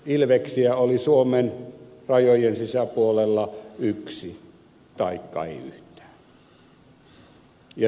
ilveksiä oli suomen rajojen sisäpuolella yksi taikka ei yhtään